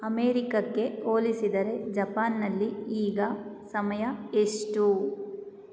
ಅಮೇರಿಕಕ್ಕೆ ಹೋಲಿಸಿದರೆ ಜಪಾನ್ನಲ್ಲಿ ಈಗ ಸಮಯ ಎಷ್ಟು